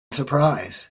surprise